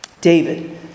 David